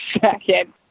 second